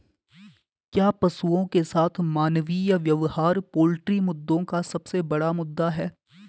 क्या पशुओं के साथ मानवीय व्यवहार पोल्ट्री मुद्दों का सबसे बड़ा मुद्दा है?